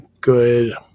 good